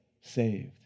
saved